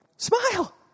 Smile